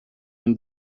این